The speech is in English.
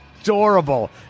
adorable